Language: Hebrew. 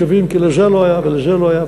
כי לזה לא היה ולזה לא היה,